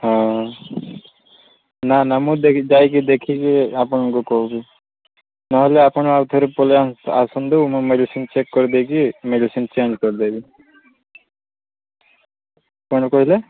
ହଁ ନାଁ ନାଁ ମୁଁ ଦେଖି ଚାହିଁକି ଦେଖିକି ଆପଣଙ୍କୁ କହୁଛି ନହେଲେ ଆପଣ ଆଉ ଥରେ ପଳେଇ ଆସନ୍ତୁ ମୁଁ ମେଡିସିନ ଚେକ କରିଦେଇକି ମେଡିସିନ ଚେଞ୍ଜ କରିଦେବି କ'ଣ କହିଲେ